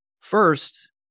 first